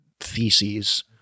theses